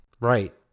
Right